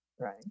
right